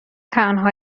تنها